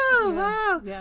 wow